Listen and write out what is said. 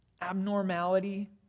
abnormality